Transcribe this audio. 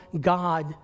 God